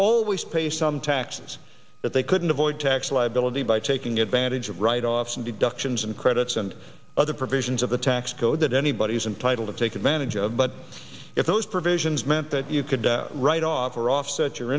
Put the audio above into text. always pay some taxes that they couldn't avoid tax liability by taking advantage of write offs and deductions and credits and other provisions of the tax code that anybody's entitled to take advantage of but if those provisions meant that you could write off or offset your